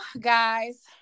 guys